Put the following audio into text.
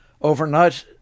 Overnight